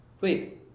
wait